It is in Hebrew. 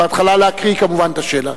בהתחלה להקריא, כמובן, את השאלה.